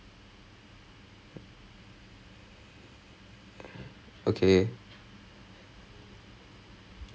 uh ya ya ya I disappear no no no not for the training அது வேற:athu vera but you guys finished the performance you are done with rehearsals for the day